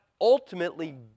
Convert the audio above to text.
ultimately